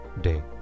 day